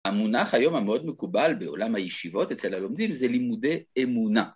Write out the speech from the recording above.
המונח היום, המאוד מקובל, בעולם הישיבות אצל הלומדים זה לימודי אמונה.